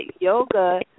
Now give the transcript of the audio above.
yoga